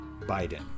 Biden